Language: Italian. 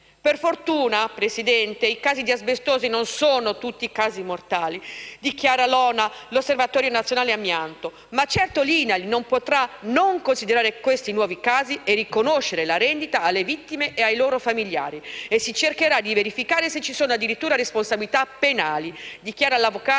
«per fortuna, i casi di asbestosi non sono tutti casi mortali», dichiara l' Osservatorio nazionale amianto (ONA), ma di certo l'INAIL non potrà non considerare questi nuovi casi e riconoscere la rendita alle vittime e ai loro familiari e si cercherà di verificare se ci sono addirittura responsabilità penali, come dichiara l'avvocato